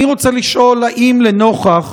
אני רוצה לשאול: האם לנוכח